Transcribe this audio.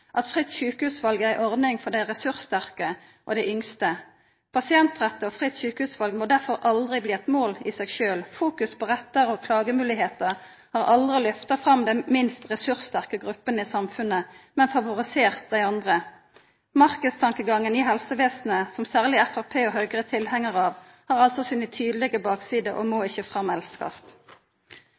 at fritt sjukehusval er ei ordning for dei ressurssterke og dei yngste. Pasientrett og fritt sjukehusval må derfor aldri bli eit mål i seg sjølv. Fokus på rettar og klagemoglegheiter har aldri lyfta fram dei minst ressurssterke gruppene i samfunnet, men favorisert dei andre. Marknadstankegangen i helsevesenet, som særleg Framstegspartiet og Høgre er tilhengarar av, har altså sine tydelege baksider og må ikkje framelskast.